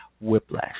Whiplash